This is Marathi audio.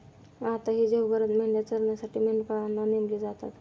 आताही जगभरात मेंढ्या चरण्यासाठी मेंढपाळांना नेमले जातात